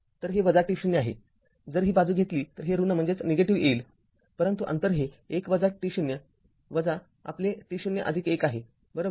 तर हे t0आहे जर ही बाजू घेतली तर हे ऋण येईल परंतु अंतर हे १ t0 आपले t0 १ आहे बरोबर